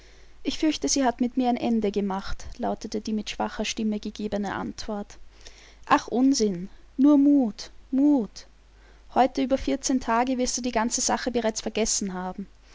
ich fürchte sie hat mit mir ein ende gemacht lautete die mit schwacher stimme gegebene antwort ach unsinn nur mut mut heute über vierzehn tage wirst du die ganze sache bereits vergessen haben